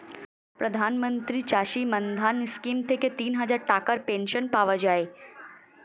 প্রধানমন্ত্রী চাষী মান্ধান স্কিম থেকে তিনহাজার টাকার পেনশন পাওয়া যায়